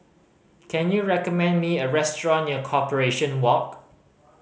can you recommend me a restaurant near Corporation Walk